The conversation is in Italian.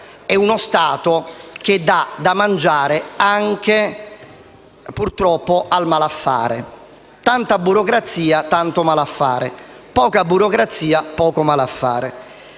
è uno Stato che dà da mangiare anche, purtroppo, al malaffare: tanta burocrazia, tanto malaffare; poca burocrazia, poco malaffare.